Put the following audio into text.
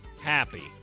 happy